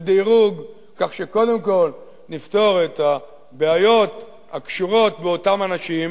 כך שקודם כול נפתור את הבעיות הקשורות באותם אנשים,